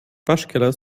waschkeller